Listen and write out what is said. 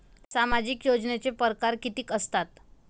सामाजिक योजनेचे परकार कितीक असतात?